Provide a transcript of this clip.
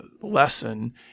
lesson